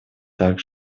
так